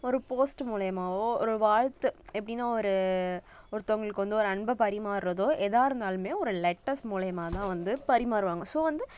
ஒரு போஸ்ட்டு மூலயமாவோ ஒரு வாழ்த்து எப்படின்னா ஒரு ஒருத்தவர்களுக்கு வந்து ஒரு அன்பை பரிமாறதோ ஏதா இருந்தாலும் ஒரு லெட்டர்ஸ் மூலயமா தான் வந்து பரிமாறுவாங்க ஸோ வந்து